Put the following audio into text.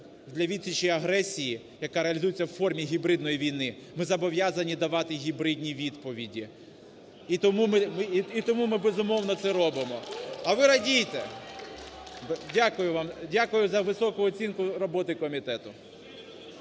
для відсічі агресії, яка реалізується у формі гібридної війни, ми зобов'язані давати гібридні відповіді, і тому ми, безумовно, це робимо. А ви радійте! Дякую вам. Дякую за високу оцінку роботи комітету.